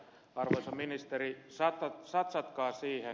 arvoisa ministeri satsatkaa siihen